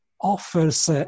offers